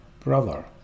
Brother